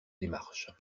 démarche